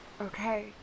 Okay